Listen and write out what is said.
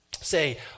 say